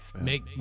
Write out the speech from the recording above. Make